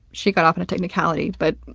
she got off on a technicality but